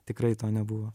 tikrai to nebuvo